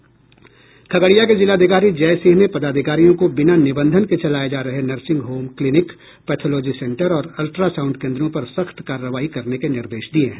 खगड़िया के जिलाधिकारी जय सिंह ने पदाधिकारियों को बिना निबंधन के चलाये जा रहे nursing home clinic pathology centre और अल्ट्रॉसाउंड कोन्द्रों पर सख्त कारवाई करने के निर्देश दिये है